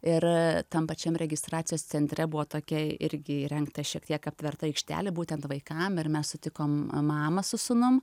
ir tam pačiam registracijos centre buvo tokia irgi įrengta šiek tiek aptverta aikštelė būtent vaikam ir mes sutikom mamą su sūnum